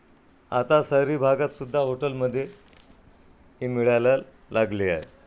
आता शहरी भागातसुद्धा हॉटेलमध्ये हे मिळायला लागले आहे